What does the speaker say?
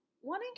One